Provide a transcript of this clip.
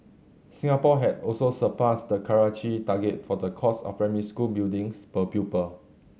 Singapore had also surpassed the Karachi target for the cost of primary school buildings per pupil